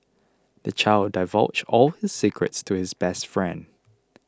the child divulged all his secrets to his best friend